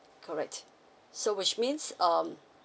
correct so which means um